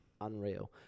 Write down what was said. Unreal